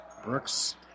Brooks